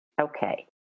Okay